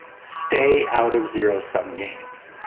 stay out of zero sum games.